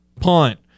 punt